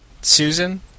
Susan